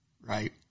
right